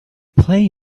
play